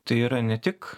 tai yra ne tik